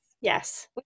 Yes